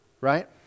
right